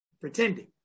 pretending